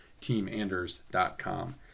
Teamanders.com